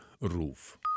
Roof